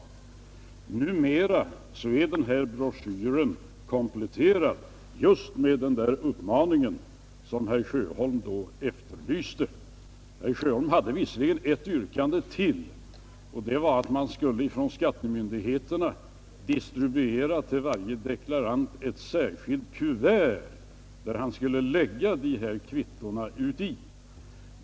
Numera är denna broschyr kompletterad med just den uppmaning som herr Sjöholm efterlyste. Herr Sjöholm hade visserligen ett yrkande till den gången, nämligen att man från skattemyndigheterna skulle distribuera till varje deklarant ett särskilt kuvert att lägga kvittona i.